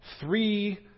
three